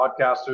podcasters